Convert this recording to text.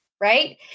right